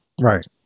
right